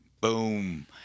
Boom